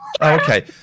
Okay